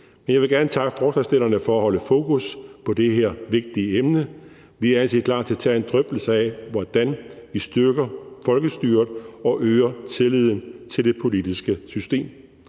jeg vil gerne takke forslagsstillerne for at holde fokus på det her vigtige emne. Vi er altid klar til at tage en drøftelse af, hvordan vi styrker folkestyret og øger tilliden til det politiske system.